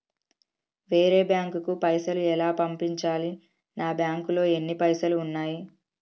వేరే బ్యాంకుకు పైసలు ఎలా పంపించాలి? నా బ్యాంకులో ఎన్ని పైసలు ఉన్నాయి?